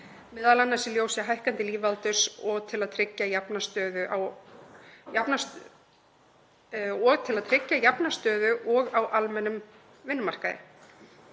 almennt, m.a. í ljósi hækkandi lífaldurs og til að tryggja jafna stöðu og á almennum vinnumarkaði.